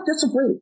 disagree